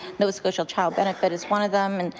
nova scotia child benefit is one of them. and